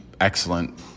excellent